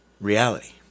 reality